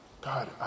God